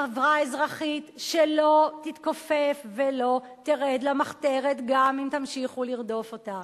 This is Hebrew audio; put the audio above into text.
חברה אזרחית שלא תתכופף ולא תרד למחתרת גם אם תמשיכו לרדוף אותה,